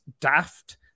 Daft